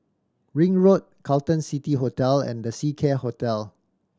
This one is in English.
Ring Road Carlton City Hotel and The Seacare Hotel